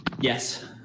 Yes